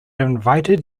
invited